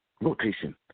rotation